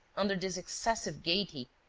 under this excessive gaiety,